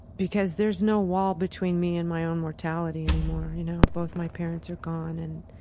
because there's no wall between me and my own mortality anymore. you know, both my parents are gone and